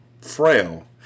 frail